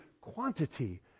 quantity